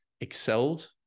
excelled